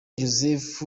joseph